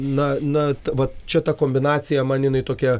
na na va čia ta kombinacija man jinai tokia